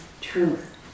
truth